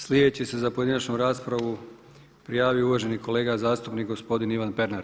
Slijedeći se za pojedinačnu raspravu prijavio uvaženi kolega zastupnik gospodin Ivan Pernar.